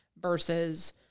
versus